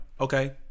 Okay